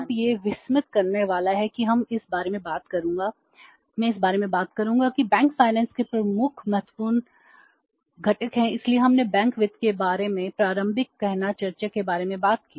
अब यह विस्मित करने वाला है कि मैं इस बारे में बात करूंगा कि बैंक वित्त के प्रमुख महत्वपूर्ण घटक हैं इसलिए हमने बैंक वित्त के बारे में प्रारंभिक कहना चर्चा के बारे में बात की